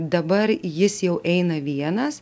dabar jis jau eina vienas